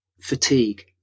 fatigue